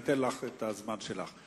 אני אתן לך את הזמן שלך.